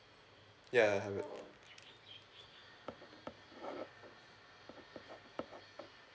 ya I have it